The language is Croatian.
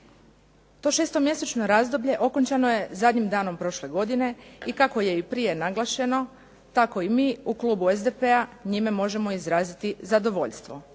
To šestomjesečno razdoblje okončano je zadnjim danom prošle godine i kako je i prije naglašeno tako i mi u klubu SDP-a njime možemo izraziti zadovoljstvo,